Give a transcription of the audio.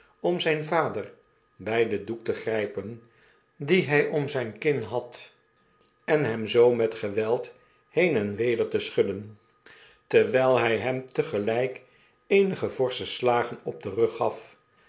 om zijn vader bij den doek te grijpen dien hij om zijn kin had en hem zoo met geweld heen en weder te schudden terwijl hij hem teglijk eenige forsche slagen op den rug gaf